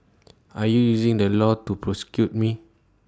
are you using the law to persecute me